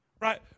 Right